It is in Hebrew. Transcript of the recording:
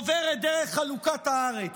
עוברת דרך חלוקת הארץ.